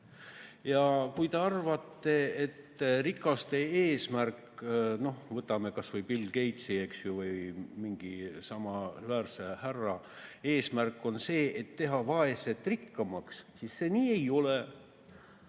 Kui te arvate, et rikaste eesmärk – võtame kas või Bill Gatesi või mingi samaväärse härra – on see, et teha vaesed rikkamaks, siis see nii ei ole.